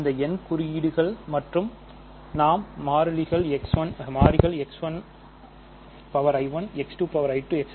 இந்த n குறியீடுகள் மற்றும் நாம் மாறிகள் x 1 I1 x 2i2